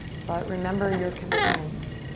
but remember your commitment